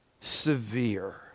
severe